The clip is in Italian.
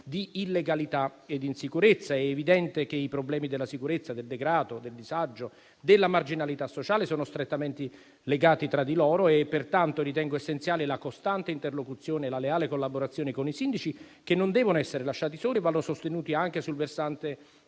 di illegalità e insicurezza. È evidente che i problemi dell'insicurezza, del degrado, del disagio, della marginalità sociale sono strettamente legati tra loro e, pertanto, ritengo essenziale la costante interlocuzione e la leale collaborazione con i sindaci, che non devono essere lasciati soli e vanno sostenuti anche sul versante